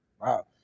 Wow